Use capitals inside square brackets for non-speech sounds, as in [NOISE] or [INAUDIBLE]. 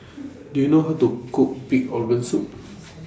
[NOISE] Do YOU know How to Cook Pig'S Organ Soup